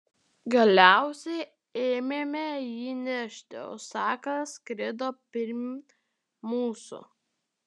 galiausiai ėmėme jį nešti o sakalas skrido pirm mūsų